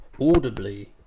audibly